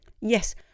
Yes